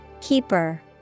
Keeper